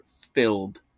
filled